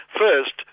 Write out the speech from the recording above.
first